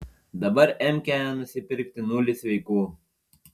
dabar emkę nusipirkti nulis sveikų